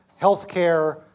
healthcare